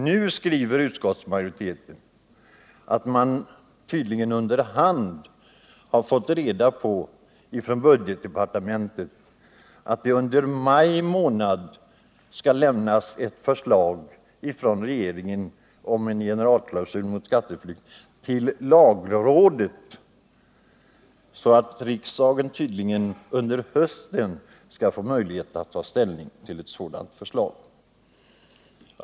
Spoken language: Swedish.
Nu skriver utskottsmajoriteten att man under hand från budgetdepartementet har fått reda på att regeringen under maj månad till lagrådet skall lämna ett förslag om generalklausul mot skatteflykt, så att riksdagen under hösten skall få möjlighet att ta ställning till ett sådant förslag.